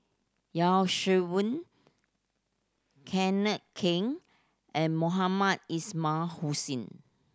Yeo Shih Yun Kenneth Keng and Mohamed Ismail Hussain